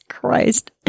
Christ